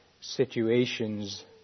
situations